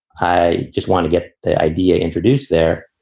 i just want to get the idea introduced there.